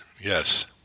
yes